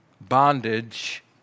bondage